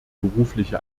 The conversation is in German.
berufliche